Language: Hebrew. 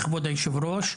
כבוד היושב-ראש,